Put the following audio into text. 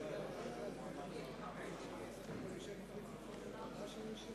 מצביע ישראל חסון,